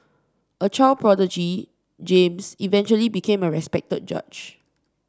a child prodigy James eventually became a respected judge